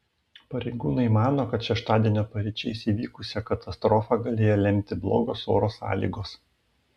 pareigūnai mano kad šeštadienio paryčiais įvykusią katastrofą galėjo lemti blogos oro sąlygos